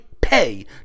pay